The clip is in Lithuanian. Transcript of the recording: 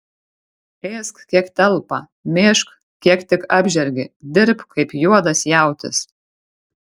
ėsk kiek telpa mėžk kiek tik apžergi dirbk kaip juodas jautis